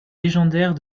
légendaires